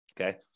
Okay